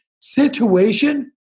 situation